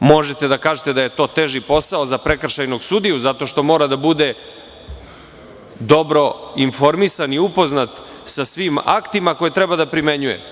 Možete da kažete da je to teži posao za prekršajnog sudiju, zato što mora da bude dobro informisan i upoznat sa svim aktima koje treba da primenjuje.